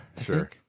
Sure